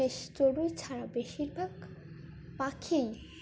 বেশ চড়ুই ছাড়া বেশিরভাগ পাখিই